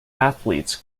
athletes